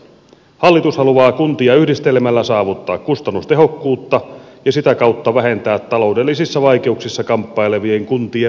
hallitus haluaa kuntia yhdistelemällä saavuttaa kustannustehokkuutta ja sitä kautta vähentää taloudellisissa vaikeuksissa kamppailevien kuntien määrää